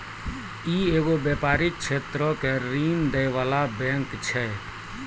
इ एगो व्यपारिक क्षेत्रो के ऋण दै बाला बैंक छै